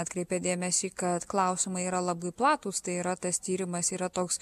atkreipė dėmesį kad klausimai yra labai platūs tai yra tas tyrimas yra toks